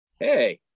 hey